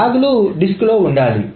log లు disco లో ఉండాలి